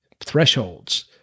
thresholds